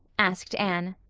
asked anne.